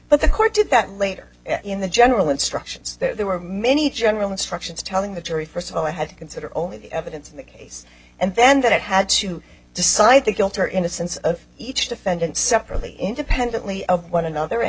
but the court did that later in the general instructions there were many general instructions telling the jury first of all i had to consider only the evidence in the case and then that had to decide the guilt or innocence of each defendant separately independently of one another and